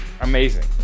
amazing